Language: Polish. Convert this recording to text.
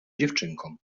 dziewczynkom